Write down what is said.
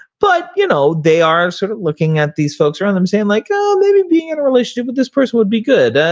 but you know, they are sort of looking at these folks around them saying like, oh, maybe being in a relationship with this person would be good.